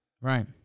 Right